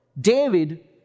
David